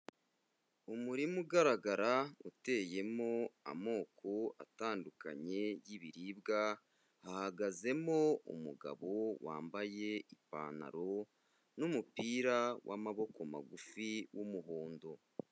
Umurima ugaragara uteyemo amoko atandukanye y'ibiribwa, hahagazemo umugabo wambaye ipantaro n'umupira w'amaboko magufi w'umuhondo.